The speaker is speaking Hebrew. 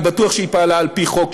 אני בטוח שהיא פועלת על פי חוק.